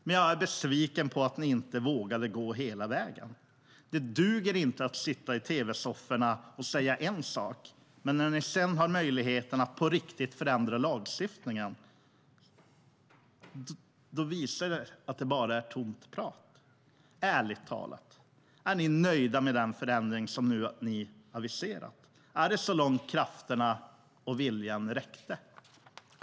Jag är dock besviken på att ni inte vågade gå hela vägen. Det duger inte att sitta i tv-sofforna och säga en sak och när ni sedan har möjligheten att på riktigt förändra lagstiftningen visa att det bara är tomt prat. Ärligt talat: Är ni nöjda med den förändring ni nu aviserat? Är det så långt krafterna och viljan räckte?